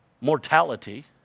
mortality